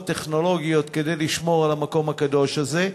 טכנולוגיות כדי לשמור על המקום הקדוש הזה,